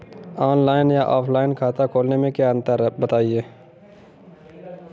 Online या offline खाता खोलने में क्या अंतर है बताएँ?